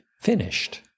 finished